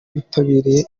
bitabiriye